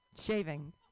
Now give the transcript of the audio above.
shaving